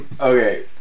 Okay